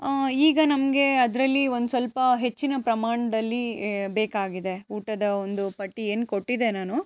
ಈಗ ನಮಗೆ ಅದರಲ್ಲಿ ಒಂದು ಸ್ವಲ್ಪ ಹೆಚ್ಚಿನ ಪ್ರಮಾಣದಲ್ಲಿ ಬೇಕಾಗಿದೆ ಊಟದ ಒಂದು ಪಟ್ಟಿ ಏನು ಕೊಟ್ಟಿದ್ದೆ ನಾನು